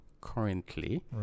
currently